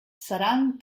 seran